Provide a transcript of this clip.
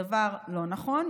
הדבר לא נכון.